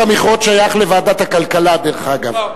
חוק המכרות שייך לוועדת הכלכלה, דרך אגב.